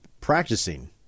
practicing